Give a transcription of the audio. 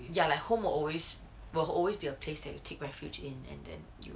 ya like home will always will always be a place that you take refuge in and then you